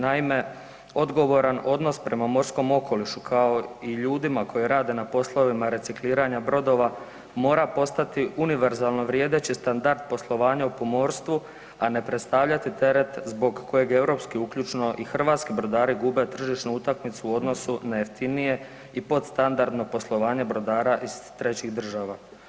Naime, odgovoran odnos prema morskom okolišu kao i ljudima koji rade na poslovima recikliranja brodova mora postati univerzalno vrijedeći standard poslovanja u pomorstvu, a ne predstavljati teret zbog kojeg je europsko uključno i hrvatski brodari gube tržišnu utakmicu u odnosu na jeftinije i podstandardno poslovanje brodara iz trećih država.